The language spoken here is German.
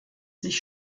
sich